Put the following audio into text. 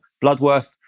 Bloodworth